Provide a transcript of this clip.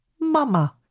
mama